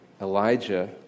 Elijah